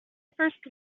first